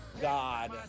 God